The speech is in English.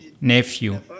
nephew